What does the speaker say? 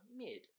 mid